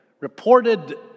reported